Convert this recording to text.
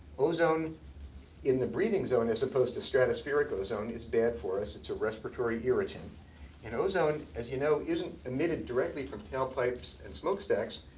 ozone in the breathing zone, as opposed to stratospheric ozone is bad for us. it's a respiratory irritant. and you know ozone, as you know, isn't emitted directly from tailpipes and smokestacks.